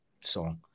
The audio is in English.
song